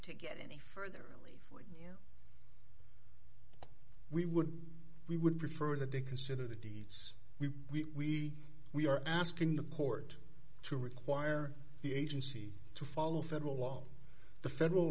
to get any further only we would we would prefer that they consider the deeds we we we are asking the court to require the agency to follow federal law the federal